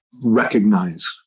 recognize